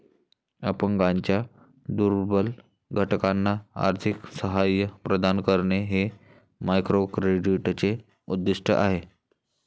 अपंगांच्या दुर्बल घटकांना आर्थिक सहाय्य प्रदान करणे हे मायक्रोक्रेडिटचे उद्दिष्ट आहे